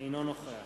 אינו נוכח